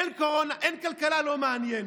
אין כלכלה, לא מעניין.